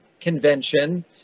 convention